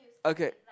okay